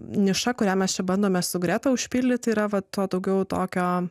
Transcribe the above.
niša kurią mes čia bandome su greta užpildyti yra tuo daugiau tokio